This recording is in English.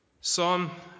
psalm